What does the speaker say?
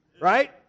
Right